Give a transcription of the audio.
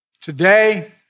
Today